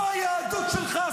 זוהי היהדות שלך,